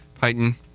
python